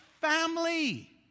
family